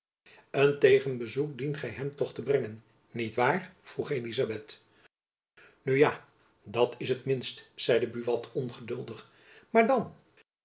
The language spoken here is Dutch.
een tegenbezoek dient gy hem toch te brengen niet waar vroeg elizabeth jacob van lennep elizabeth musch nu ja dat is t minst zeide buat ongeduldig maar dan